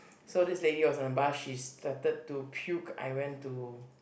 so this lady was on the bus she started to puke I went to